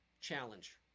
challenge